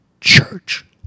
church